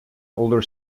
older